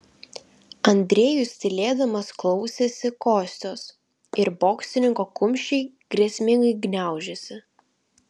andrejus tylėdamas klausėsi kostios ir boksininko kumščiai grėsmingai gniaužėsi